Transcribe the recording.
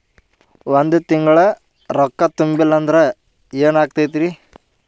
ಒಂದ ತಿಂಗಳ ರೊಕ್ಕ ತುಂಬಿಲ್ಲ ಅಂದ್ರ ಎನಾಗತೈತ್ರಿ?